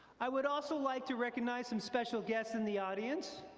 i would also like to recognize some special guests in the audience.